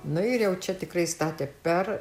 nu ir jau čia tikrai statė per